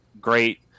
great